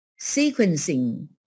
sequencing